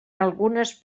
algunes